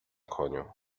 koniu